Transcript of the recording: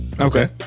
Okay